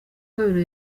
kabiri